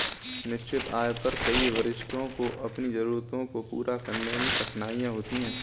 निश्चित आय पर कई वरिष्ठों को अपनी जरूरतों को पूरा करने में कठिनाई होती है